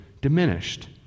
diminished